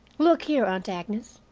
look here, aunt agnes,